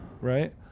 Right